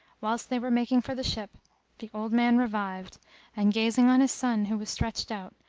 whilst they were making for the ship the old man revived and, gazing on his son who was stretched out,